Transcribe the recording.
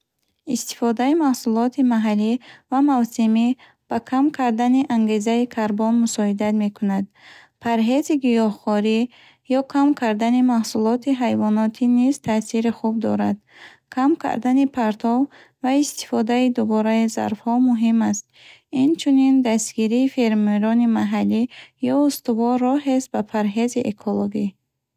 Истифодаи маҳсулоти маҳаллӣ ва мавсимӣ ба кам кардани ангезаи карбон мусоидат мекунад. Парҳези гиёҳхорӣ ё кам кардани маҳсулоти ҳайвонотӣ низ таъсири хуб дорад. Кам кардани партов ва истифодаи дубораи зарфҳо муҳим аст. Инчунин, дастгирии фермерони маҳаллӣ ё устувор роҳест ба парҳези экологӣ.